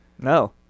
No